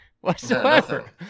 whatsoever